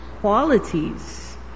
qualities